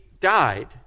died